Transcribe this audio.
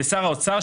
ושר האוצר,